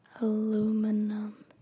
Aluminum